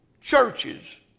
churches